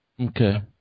okay